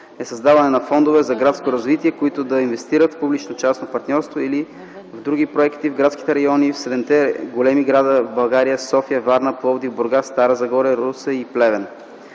е създаване на фондове за градско развитие, които да инвестират в публично-частно партньорство или в други проекти в градските райони в седемте големи града в България – София, Варна, Пловдив, Бургас, Стара Загора, Русе и Плевен.